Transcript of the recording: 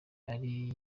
ari